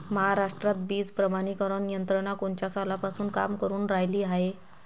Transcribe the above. महाराष्ट्रात बीज प्रमानीकरण यंत्रना कोनच्या सालापासून काम करुन रायली हाये?